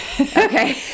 Okay